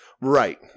Right